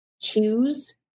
choose